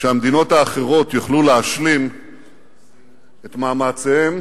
שהמדינות האחרות יוכלו להשלים את מאמציהן